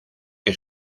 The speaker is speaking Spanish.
que